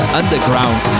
underground